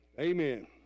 Amen